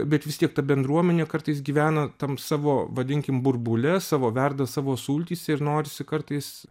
bet vis tiek ta bendruomenė kartais gyvena tam savo vadinkim burbule savo verda savo sultyse ir norisi kartais